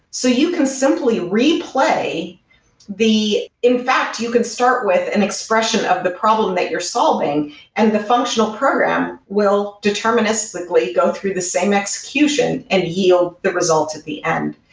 so you can simply replay the in fact, you could start with an expression of the problem that you're solving and the functional program will deterministically go through the same execution and yield the results at the end.